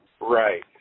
Right